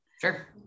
sure